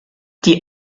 die